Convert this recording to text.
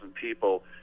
people